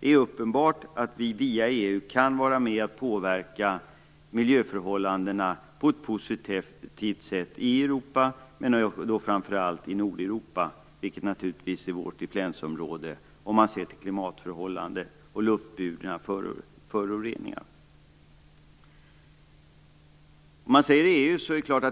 Det är uppenbart att vi via EU kan vara med och påverka miljöförhållandena på ett positivt sätt i Europa och framför allt i Nordeuropa, vilket naturligtvis är vårt influensområde om man ser till klimatförhållanden och luftburna föroreningar. EU